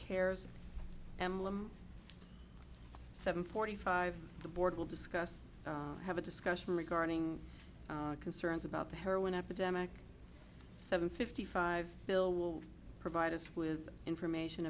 care's emblem seven forty five the board will discuss have a discussion regarding concerns about the heroin epidemic seven fifty five bill will provide us with information